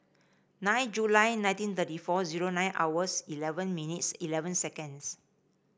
nine July nineteen thirty four zero nine hours eleven minutes eleven seconds